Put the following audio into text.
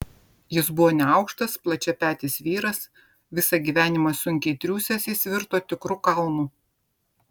jis buvo neaukštas plačiapetis vyras visą gyvenimą sunkiai triūsęs jis virto tikru kalnu